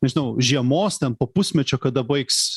neinau žiemos ten po pusmečio kada baigs